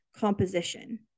composition